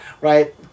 Right